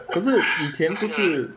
可是以前就是